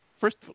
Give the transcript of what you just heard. first